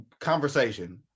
conversation